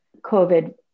COVID